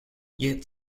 yet